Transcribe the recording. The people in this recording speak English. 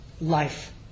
life